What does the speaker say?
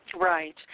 Right